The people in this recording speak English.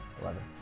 eleven